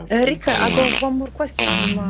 and rick i got one more question from.